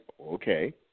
okay